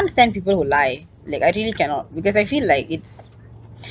can't stand people who lie like I really cannot because I feel like it's